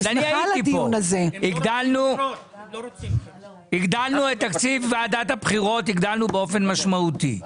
הגדלנו את תקציב ועדת הבחירות באופן משמעותי.